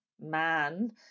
man